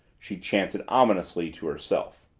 she chanted ominously to herself.